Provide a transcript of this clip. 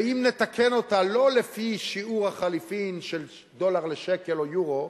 ואם נתקן אותה לא לפי שיעור החליפין של דולר לשקל או יורו,